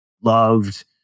loved